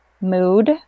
mood